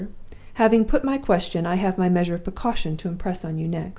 having put my question, i have my measure of precaution to impress on you next.